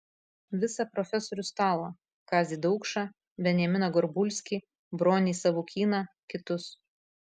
visą profesorių stalą kazį daukšą benjaminą gorbulskį bronį savukyną kitus